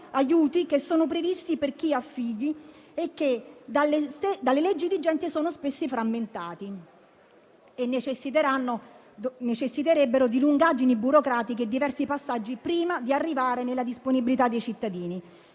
che sono previsti per chi ha figli e che dalle leggi vigenti sono spesso frammentati e necessiterebbero di lungaggini burocratiche e diversi passaggi prima di arrivare nella disponibilità dei cittadini.